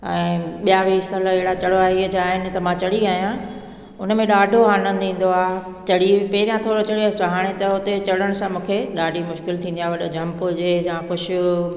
ऐं ॿियां बि स्थल अहिड़ा चढ़ाई जा आहिनि त मां चढ़ी आहियां उन में ॾाढो आनंदु ईंदो आहे चढ़ी पहिरियां थोरो चढ़ी त हाणे त हुते चढ़नि सां मूंखे ॾाढी मुश्किलु थींदी आहे वॾो जंप हुजे या कुझु